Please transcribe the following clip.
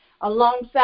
alongside